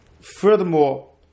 furthermore